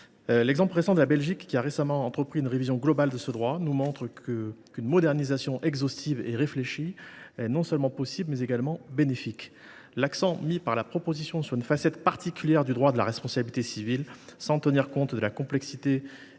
L’exemple de la Belgique, qui a récemment entrepris une révision globale de ce droit, nous montre qu’une modernisation exhaustive et réfléchie est non seulement possible, mais également bénéfique. L’accent mis par la proposition de loi sur une facette particulière du droit de la responsabilité civile, sans tenir compte de la complexité